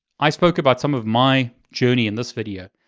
i spoke about some of my journey in this video.